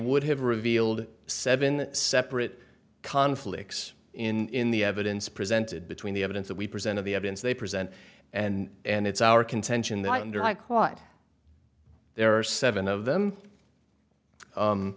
would have revealed seven separate conflicts in the evidence presented between the evidence that we presented the evidence they present and it's our contention that under my quad there are seven of them